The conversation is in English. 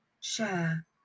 Share